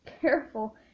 careful